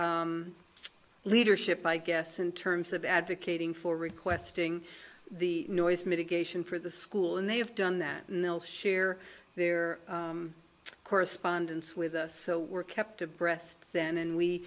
their leadership i guess in terms of advocating for requesting the noise mitigation for the school and they have done that and they'll share their correspondence with us so we're kept abreast then and we